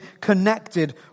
connected